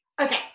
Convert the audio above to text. Okay